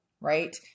right